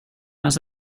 hans